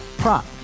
prop